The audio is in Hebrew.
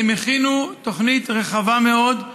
הם הכינו תוכנית רחבה מאוד,